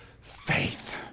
faith